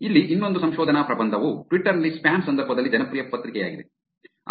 ಇಲ್ಲಿ ಇನ್ನೊಂದು ಸಂಶೋಧನಾ ಪ್ರಬಂಧವು ಟ್ವಿಟರ್ ನಲ್ಲಿ ಸ್ಪ್ಯಾಮ್ ಸಂದರ್ಭದಲ್ಲಿ ಜನಪ್ರಿಯ ಪತ್ರಿಕೆಯಾಗಿದೆ